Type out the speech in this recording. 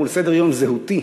מול סדר-יום "זהותי",